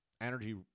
Energy